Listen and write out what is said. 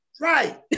Right